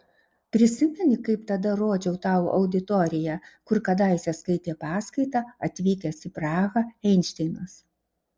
prisimeni kaip tada rodžiau tau auditoriją kur kadaise skaitė paskaitą atvykęs į prahą einšteinas